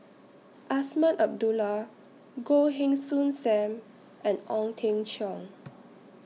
Azman Abdullah Goh Heng Soon SAM and Ong Teng Cheong